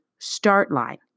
STARTLINE